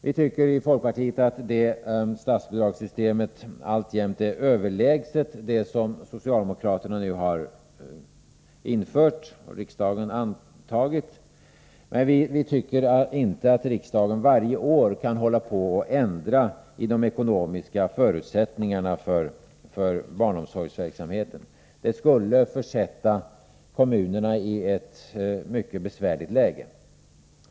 Vi tycker i folkpartiet att det statsbidragssystemet alltjämt är överlägset det som socialdemokraterna nu infört och riksdagen antagit. Vi tycker emellertid inte att riksdagen varje år kan ändra på de ekonomiska förutsättningarna för denna verksamhet. Det skulle försätta kommunerna i ett mycket besvärligt läge.